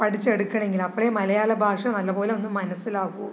പഠിച്ച് എടുക്കണമെങ്കിൽ അപ്പോഴേ മലയാള ഭാഷ നല്ല പോലെ ഒന്ന് മനസ്സിലാകൂ